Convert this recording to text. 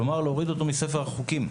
כלומר, להוריד אותו מספר החוקים.